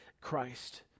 Christ